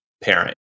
parent